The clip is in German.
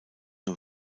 nur